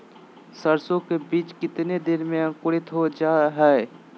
सरसो के बीज कितने दिन में अंकुरीत हो जा हाय?